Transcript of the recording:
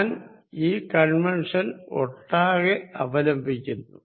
ഞാൻ ഈ കൺവെൻഷൻ ഒട്ടാകെ അവലംബിക്കുന്നു